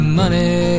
money